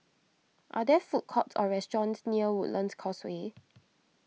are there food courts or restaurants near Woodlands Causeway